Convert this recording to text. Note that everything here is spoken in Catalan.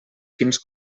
fins